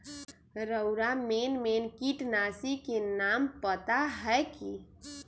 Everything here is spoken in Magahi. रउरा मेन मेन किटनाशी के नाम पता हए कि?